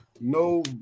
No